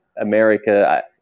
america